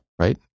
Right